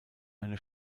eine